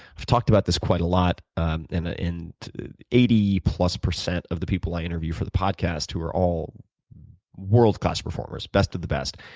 i've talked about this quite a lot, and ah eighty plus percent of the people i interview for the podcast, who are all world class performers, best of the best,